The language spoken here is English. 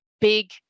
big